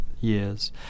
years